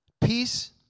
Peace